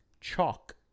Chalk